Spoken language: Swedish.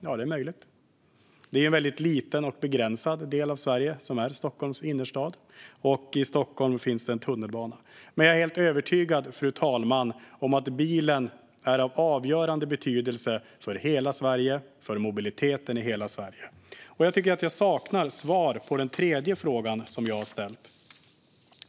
Ja, det är möjligt; Stockholms innerstad är en mycket liten och begränsad del av Sverige, och i Stockholm finns det en tunnelbana. Men jag är helt övertygad om att bilen är av avgörande betydelse för mobiliteten i hela Sverige, fru talman. Jag tycker att det saknas svar på den tredje frågan jag har ställt.